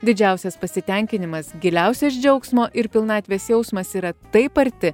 didžiausias pasitenkinimas giliausias džiaugsmo ir pilnatvės jausmas yra taip arti